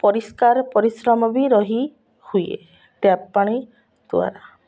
ପରିଷ୍କାର ପରିଶ୍ରମ ବି ରହି ହୁଏ ଟ୍ୟାପ୍ ପାଣି ଦ୍ୱାରା